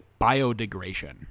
biodegradation